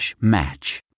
match